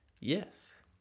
yes